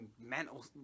mental